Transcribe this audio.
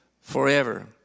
forever